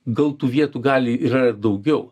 gal tų vietų gali yra ir daugiau